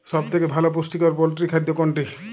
সব থেকে ভালো পুষ্টিকর পোল্ট্রী খাদ্য কোনটি?